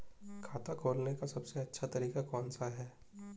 खाता खोलने का सबसे अच्छा तरीका कौन सा है?